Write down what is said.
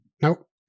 Nope